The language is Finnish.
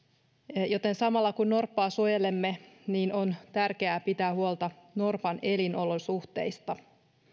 joten samalla kun suojelemme norppaa on tärkeää pitää huolta norpan elinolosuhteista